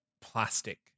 plastic